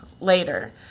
later